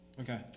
Okay